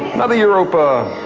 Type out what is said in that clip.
another europa.